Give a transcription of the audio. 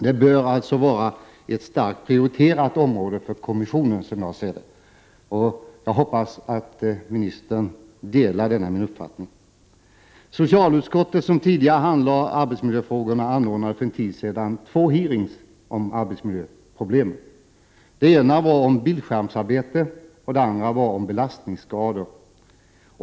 De bör således utgöra ett starkt prioriterat område för kommissionen, som jag ser det. Jag hoppas att arbetsmarknadsministern delar min uppfattning. Socialutskottet, som tidigare handlade arbetsmiljöfrågorna, anordnade för en tid sedan två hearings om arbetsmiljöproblem. Den ena gällde bildskärmsarbete och den andra avsåg belastningsskador.